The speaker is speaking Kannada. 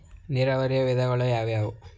ನೀರಾವರಿಯ ವಿಧಾನಗಳು ಯಾವುವು?